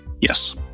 Yes